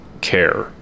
care